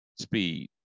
speed